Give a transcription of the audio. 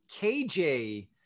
KJ